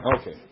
Okay